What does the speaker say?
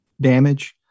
damage